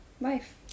life